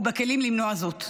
ובכלים למנוע זאת.